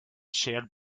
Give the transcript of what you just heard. shared